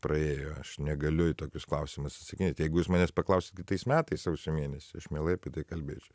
praėjo aš negaliu į tokius klausimus atsakinėt jeigu jūs manęs paklausit kitais metais sausio mėnesį aš mielai apie tai kalbėčiau